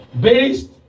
based